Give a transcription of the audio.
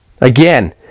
Again